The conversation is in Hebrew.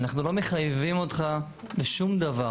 אנחנו לא מחייבים אותך לשום דבר.